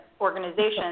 organizations